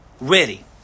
ready